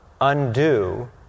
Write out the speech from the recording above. undo